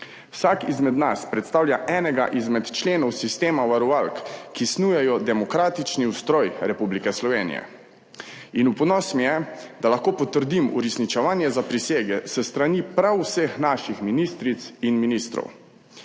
Vsak izmed nas predstavlja enega izmed členov sistema varovalk, ki snujejo demokratični ustroj Republike Slovenije. V ponos mi je, da lahko potrdim uresničevanje zaprisege s strani prav vseh naših ministric in ministrov.